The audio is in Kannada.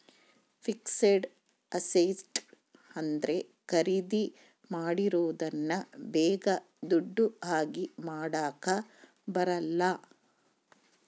ಫಿಕ್ಸೆಡ್ ಅಸ್ಸೆಟ್ ಅಂದ್ರೆ ಖರೀದಿ ಮಾಡಿರೋದನ್ನ ಬೇಗ ದುಡ್ಡು ಆಗಿ ಮಾಡಾಕ ಬರಲ್ಲ